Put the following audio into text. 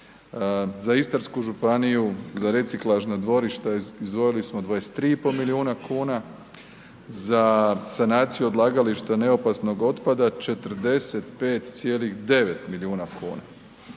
Za Istarsku županiju, za reciklažna dvorišta izdvojili smo 23,5 milijuna kuna, za sanaciju odlagališta neopasnog otpada 45,9 milijuna kuna.